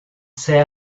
say